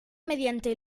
mediante